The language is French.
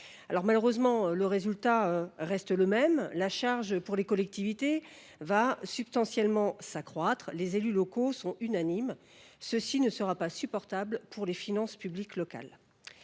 Malheureusement, le résultat reste le même : la charge pour les collectivités va substantiellement s’accroître. Les élus locaux sont unanimes, cette hausse ne sera pas supportable pour les finances publiques locales.